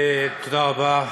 תודה רבה.